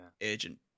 agent